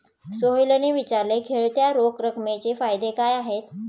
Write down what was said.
सोहेलने विचारले, खेळत्या रोख रकमेचे फायदे काय आहेत?